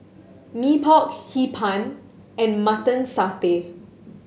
Mee Pok Hee Pan and Mutton Satay